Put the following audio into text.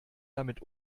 damit